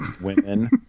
women